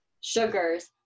sugars